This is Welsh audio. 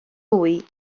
hwy